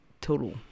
total